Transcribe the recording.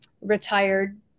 retired